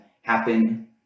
happen